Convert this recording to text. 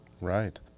Right